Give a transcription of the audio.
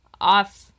off